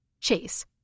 Chase